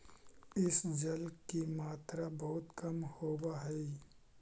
इस में जल की मात्रा बहुत कम होवअ हई